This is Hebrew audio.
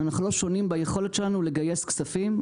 אנחנו לא שונים ביכולת שלנו לגייס כספים.